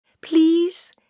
Please